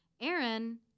Aaron